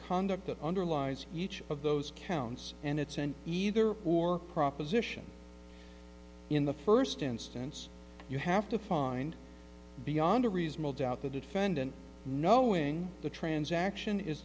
that underlies each of those counts and it's an either or proposition in the first instance you have to find beyond a reasonable doubt the defendant knowing the transaction is